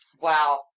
Wow